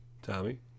Tommy